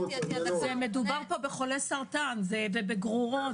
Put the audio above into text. מדובר פה בחולי סרטן ובגרורות.